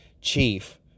chief